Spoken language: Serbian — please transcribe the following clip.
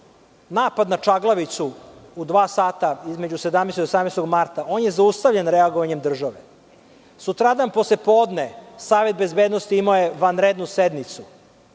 napad na Čaglavicu u dva sata između 17. i 18. marta, on je zaustavljen reagovanjem države. Sutradan posle podne Savet bezbednosti imao je vanrednu sednicu